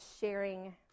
sharing